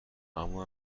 اما